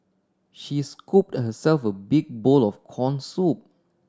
she scooped herself a big bowl of corn soup